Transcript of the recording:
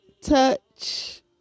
Touch